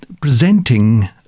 presenting